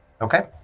Okay